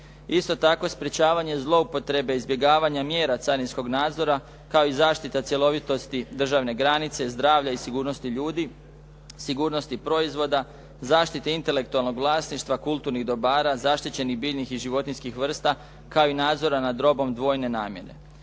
Isto tako, sprječavanje zloupotrebe izbjegavanja mjera carinskog nadzora, kao i zaštita cjelovitosti državne granice, zdravlja i sigurnosti ljudi, sigurnosti proizvoda, zaštite intelektualnog vlasništva, kulturnih dobara, zaštićenih biljnih i životinjskih vrsta, kao i nadzora nad robom dvojne namjene.